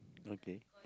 okay